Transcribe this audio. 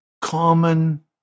common